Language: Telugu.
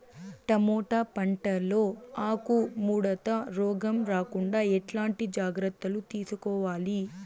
టమోటా పంట లో ఆకు ముడత రోగం రాకుండా ఎట్లాంటి జాగ్రత్తలు తీసుకోవాలి?